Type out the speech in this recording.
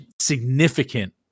significant